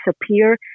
disappear